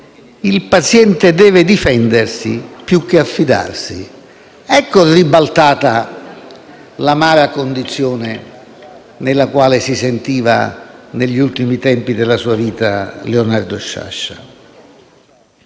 il paziente deve difendersi più che affidarsi. Ecco ribaltata l'amara condizione nella quale si sentiva negli ultimi tempi della sua vita Leonardo Sciascia.